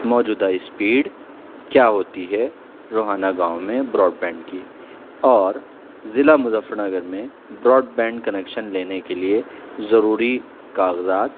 موجودہ اسپیڈ کیا ہوتی ہے روہانہ گاؤں میں براڈ بینڈ کی اور ضلع مظفر نگر میں براڈ بینڈ کنیکشن لینے کے لیے ضروری کاغذات